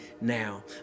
now